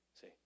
See